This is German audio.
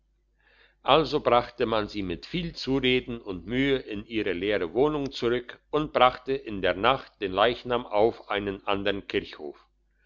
also brachte man sie mit viel zureden und mühe in ihre leere wohnung zurück und brachte in der nacht den leichnam auf einen andern kirchhof